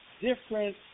different